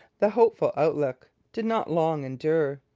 the hopeful outlook did not long endure.